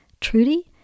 Trudy